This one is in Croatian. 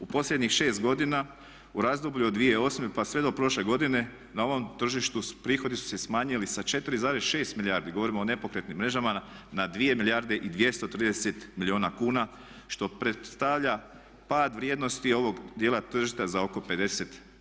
U posljednjih 6 godina u razdoblju od 2008. pa sve do prošle godine na ovom tržištu prihodi su se smanjili sa 4,6 milijardi, govorimo o nepokretnim mrežama na 2 milijarde i 230 milijuna kuna što predstavlja pad vrijednosti ovog dijela tržišta za oko 50%